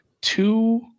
two